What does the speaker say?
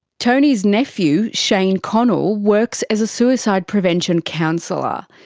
tony's nephew shayne connell works as a suicide prevention counsellor.